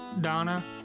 Donna